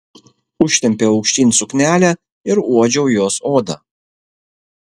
užtempiau aukštyn suknelę ir uodžiau jos odą